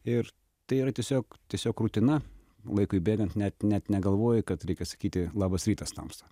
ir tai yra tiesiog tiesiog rutina laikui bėgant net net negalvoji kad reikia sakyti labas rytas tamsa